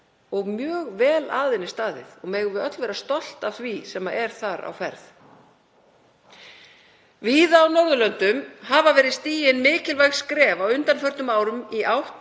og mjög vel að henni staðið og megum við öll vera stolt af því sem er þar á ferð. Víða á Norðurlöndum hafa verið stigin mikilvæg skref á undanförnum árum í átt